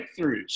breakthroughs